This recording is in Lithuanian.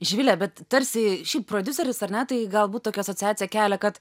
živile bet tarsi šiaip prodiuseris ar ne tai galbūt tokią asociaciją kelia kad